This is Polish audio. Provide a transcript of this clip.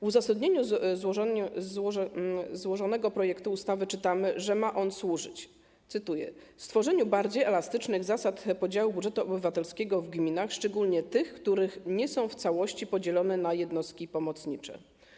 W uzasadnieniu złożonego projektu ustawy czytamy, że ma on służyć stworzeniu, cytuję: bardziej elastycznych zasad podziału budżetu obywatelskiego w gminach, szczególnie w tych, które nie są w całości podzielone na jednostki pomocnicze.